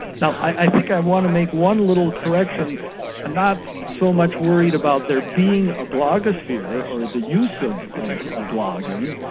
so i think i'd want to make one little correction, i'm not so much worried about there being a blogosphere or the use of of ah blogging,